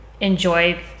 enjoy